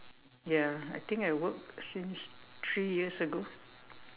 ya I think I work since three years ago